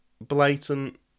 blatant